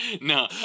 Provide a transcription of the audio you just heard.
No